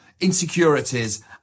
insecurities